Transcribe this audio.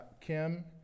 Kim